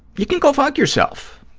you can go fuck yourself.